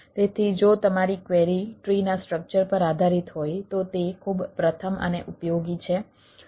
તેથી જો તમારી ક્વેરી ટ્રીનાં સ્ટ્રક્ચર પર આધારિત હોય તો તે ખૂબ પ્રથમ અને ઉપયોગી છે